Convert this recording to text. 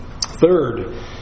Third